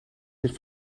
zich